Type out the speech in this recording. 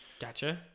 Gotcha